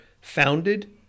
founded